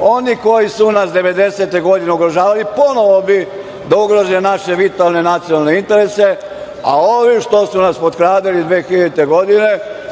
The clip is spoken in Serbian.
onih koji su nas 90-te godine ugrožavali, ponovo bi da ugroze naše vitalne nacionalne interese, a ovi što su nas potkradali 2000. godine,